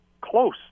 close